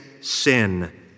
sin